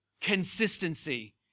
Consistency